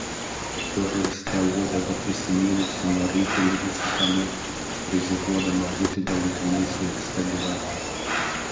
tupiu raiste uodegą prisimynusi nuo ryto ligi sutemų rizikuodama būti galutinai suėsta gyvatės